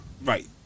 Right